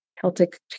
Celtic